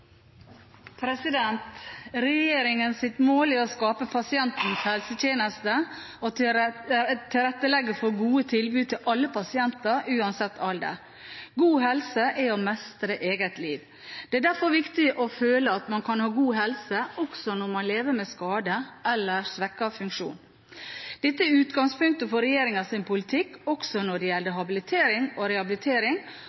mål er å skape pasientens helsetjeneste og tilrettelegge for gode tilbud til alle pasienter – uansett alder. God helse er å mestre eget liv. Det er derfor viktig å føle at man kan ha god helse også når man må leve med skader eller svekket funksjon. Dette er utgangspunktet for regjeringens politikk, også når det gjelder